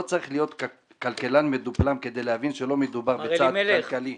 לא צריך להיות כלכלן מדופלם כדי להבין שלא מדובר בצעד כלכלי.